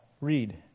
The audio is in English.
read